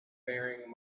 faring